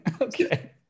Okay